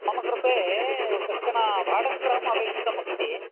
मम कृते कश्चन भाटकगृहम् अपेक्षितमस्ति